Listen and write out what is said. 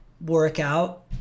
workout